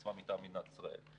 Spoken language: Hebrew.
הקצבה מטעם מדינת ישראל.